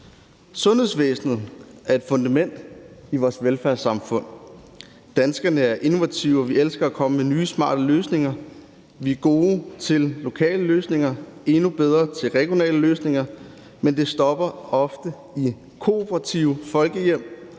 Sundhedsvæsenet er et fundament i vores velfærdssamfund. Danskerne er innovative, og vi elsker at komme med nye smarte løsninger. Vi er gode til lokale løsninger og endnu bedre til regionale løsninger, men det stopper ofte med kooperative folkehjem,